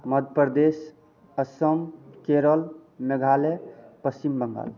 Madhya Pradesh Assam Kerala Meghalaya Paschim Bengal